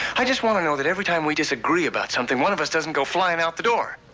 i just want to know that every time we disagree about something, one of us doesn't go flying out the door.